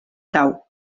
cau